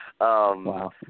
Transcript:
Wow